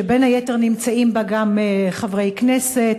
שבין היתר נמצאים בה גם חברי כנסת,